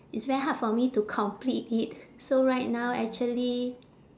it's very hard for me to complete it so right now actually